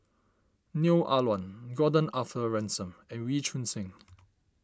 Neo Ah Luan Gordon Arthur Ransome and Wee Choon Seng